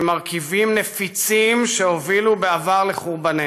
כעל מרכיבים נפיצים שהובילו בעבר לחורבננו.